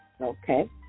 Okay